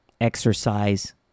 exercise